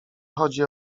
chodzi